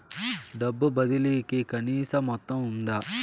డబ్బు బదిలీ కి కనీస మొత్తం ఉందా?